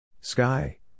Sky